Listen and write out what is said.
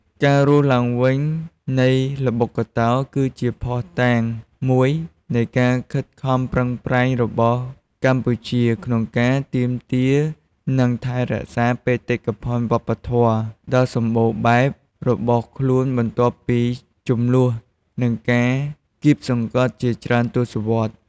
ការរស់ឡើងវិញនៃល្បុក្កតោគឺជាភស្តុតាងមួយនៃការខិតខំប្រឹងប្រែងរបស់កម្ពុជាក្នុងការទាមទារនិងថែរក្សាបេតិកភណ្ឌវប្បធម៌ដ៏សម្បូរបែបរបស់ខ្លួនបន្ទាប់ពីជម្លោះនិងការគាបសង្កត់ជាច្រើនទសវត្សរ៍។